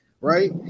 right